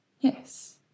yes